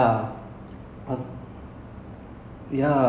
she can dance oh my god I watch that movie